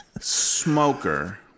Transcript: smoker